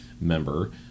member